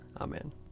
Amen